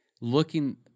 looking